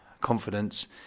confidence